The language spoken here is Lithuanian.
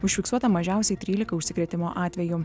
užfiksuota mažiausiai trylika užsikrėtimo atvejų